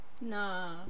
Nah